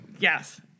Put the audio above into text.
Yes